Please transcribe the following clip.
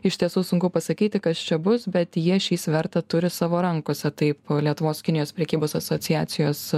iš tiesų sunku pasakyti kas čia bus bet jie šį svertą turi savo rankose taip lietuvos kinijos prekybos asociacijos